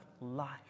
life